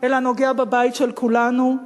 אלא נוגע בבית של כולנו.